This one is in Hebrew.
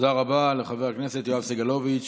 תודה רבה לחבר הכנסת יואב סגלוביץ'.